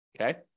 okay